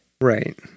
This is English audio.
Right